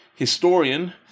historian